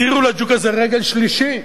הסירו לג'וק הזה רגל שלישית,